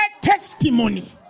testimony